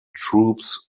troops